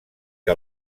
que